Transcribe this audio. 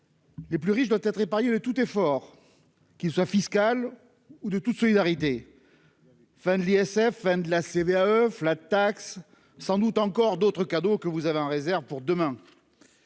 Les plus riches doit être épargné de tout effort qui soit fiscal ou de toute solidarité. Fin de l'ISF, fin de la CVAE flat tax sans doute encore d'autres cadeaux que vous avez en réserve pour demain.